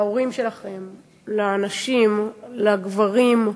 להורים שלכם, לנשים, לגברים,